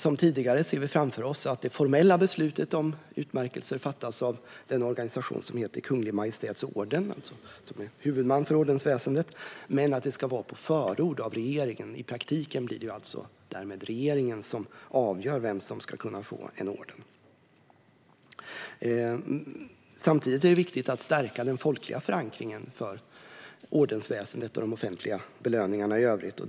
Som tidigare ser vi framför oss att det formella beslutet om utmärkelser fattas av den organisation som är huvudman för ordensväsendet, Kungl. Maj:ts Orden, men att det ska vara på förord av regeringen. I praktiken blir det alltså därmed regeringen som avgör vem som ska kunna få en orden. Samtidigt är det viktigt att stärka den folkliga förankringen för ordensväsendet och de offentliga belöningarna i övrigt.